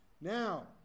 now